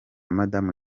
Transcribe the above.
madamu